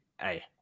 hey